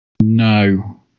No